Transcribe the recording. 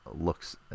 looks